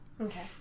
Okay